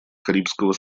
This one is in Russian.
карибского